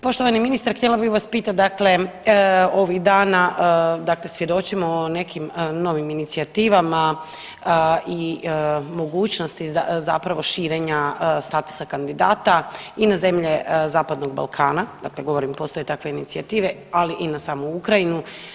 Poštovani ministre htjela bih vas pitat dakle ovih dana svjedočimo nekim novim inicijativama i mogućnost zapravo širenja statusa kandidata i na zemlje Zapadnog Balkana, dakle govorim postoje takve inicijative ali i na samu Ukrajinu.